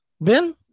Ben